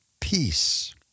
peace